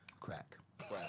Crack